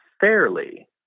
fairly